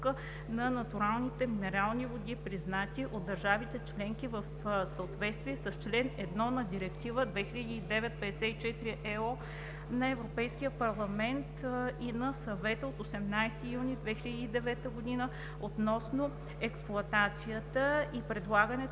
на натуралните минерални води, признати от държавите членки в съответствие с чл. 1 на Директива 2009/54/ЕО на Европейския парламент и на Съвета от 18 юни 2009 г. относно експлоатацията и предлагането